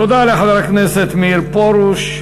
תודה לחבר הכנסת מאיר פרוש.